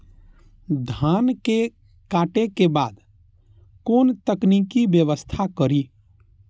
धान के काटे के बाद कोन तकनीकी व्यवस्था करी?